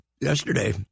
yesterday